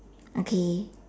okay